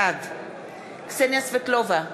בעד קסניה סבטלובה,